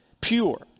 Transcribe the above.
pure